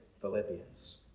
Philippians